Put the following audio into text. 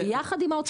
מול האוצר ויחד איתו,